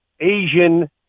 Asian